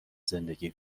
زندگی